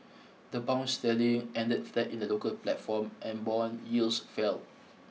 the pound sterling ended flat in the local platform and bond yields fell